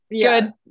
good